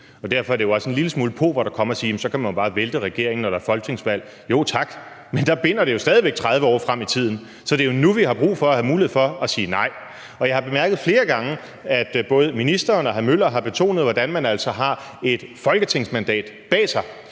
Derfor er det jo også en lille smule pauvert at komme og sige, at så kan man bare vælte regeringen, når der er folketingsvalg. Jo tak, men der binder det jo stadig væk 30 år frem i tiden. Så det er jo nu, vi har brug for at have mulighed for at sige nej. Jeg har bemærket flere gange, at både ministeren og hr. Henrik Møller har betonet, at man altså har et folketingsmandat bag sig.